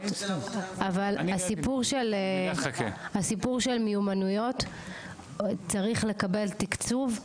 אבל הסיפור של מיומנויות צריך לקבל תקצוב,